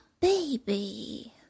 Baby